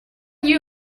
you